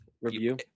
review